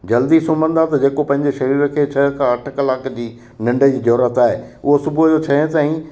जल्दी सुम्हंदा त जेको पंहिंजे शरीर खे छा आहे त अठ कलाक जी निंढ जी ज़रूरत आहे उओ सुबुहु जो छह ताईं